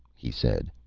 he said.